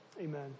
amen